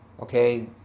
okay